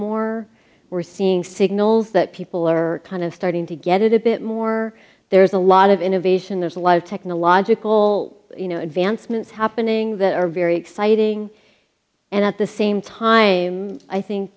more we're seeing signals that people are kind of starting to get it a bit more there's a lot of innovation there's a lot of technological advancements happening that are very exciting and at the same time i think